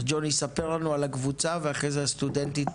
ג'וני, ספר לנו על הקבוצה ואחרי זה הסטודנטית